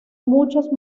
muchos